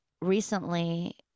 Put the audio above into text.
recently